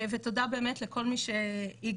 ותודה באמת לכל מי שהגיע.